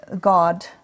God